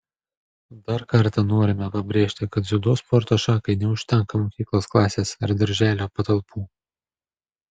dar kartą norime pabrėžti kad dziudo sporto šakai neužtenka mokyklos klasės ar darželio patalpų